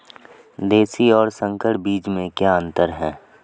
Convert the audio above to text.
देशी और संकर बीज में क्या अंतर है?